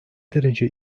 derece